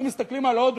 אנחנו מסתכלים על הודו,